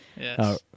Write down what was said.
Yes